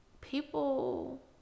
people